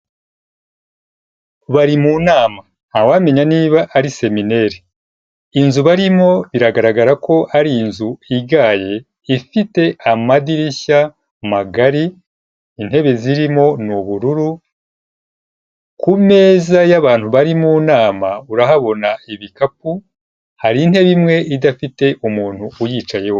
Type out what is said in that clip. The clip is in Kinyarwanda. Bari mu nama, ntawamenya niba ari semineri, inzu barimo biragaragara ko ari inzu igaye ifite amadirishya magari, intebe zirimo ni ubururu, ku meza y'abantu bari mu nama urahabona ibikapu, hari intebe imwe idafite umuntu uyicayeho.